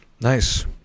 Nice